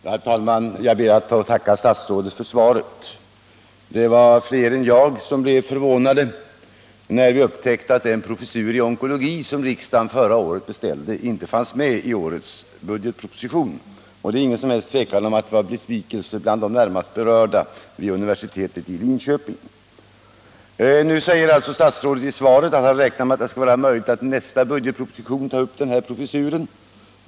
Herr talman! Jag ber att få tacka statsrådet för svaret. Jag och flera med mig blev förvånade när vi upptäckte att den professur i onkologi som riksdagen förra året beställde inte fanns med i årets budgetproposition. Och det är inget som helst tvivel om att det råder besvikelse bland de närmast berörda vid universitetet i Linköping. Statsrådet säger nu i svaret att han räknar med att det skall vara möjligt att i nästa budgetproposition ta upp denna professur.